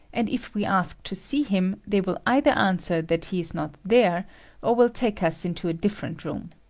and if we ask to see him, they will either answer that he is not there or will take us into a different room.